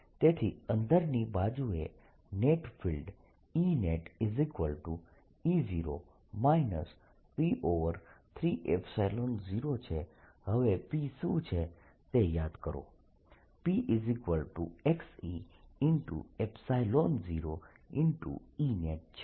તેથી અંદરની બાજુએ નેટ ફિલ્ડ EnetE0 P30 છે હવે P શું છે તે યાદ કરો Pe0Enet છે